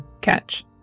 catch